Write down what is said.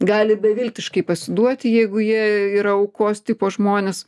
gali beviltiškai pasiduoti jeigu jie yra aukos tipo žmonės